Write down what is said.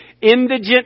indigent